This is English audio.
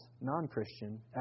non-Christian